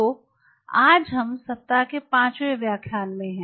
तो आज हम सप्ताह के पांचवें व्याख्यान में हैं